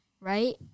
right